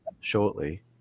shortly